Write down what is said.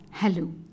Hello